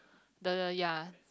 the ya